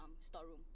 Storeroom